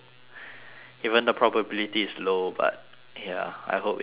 even the probability is low but ya I hope it helps you